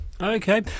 Okay